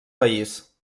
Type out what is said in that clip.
país